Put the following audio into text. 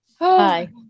Hi